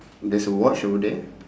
there's a watch over there